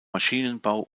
maschinenbau